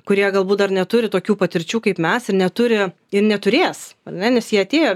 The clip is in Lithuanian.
kurie galbūt dar neturi tokių patirčių kaip mes ir neturi ir neturės ar ne nes jie atėjo